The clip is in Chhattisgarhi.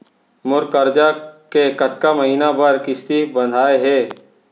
मोर करजा के कतका महीना बर किस्ती बंधाये हे?